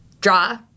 draw